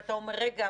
ואתה אומר: רגע,